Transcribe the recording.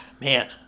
man